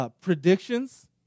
predictions